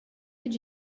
did